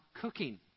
cooking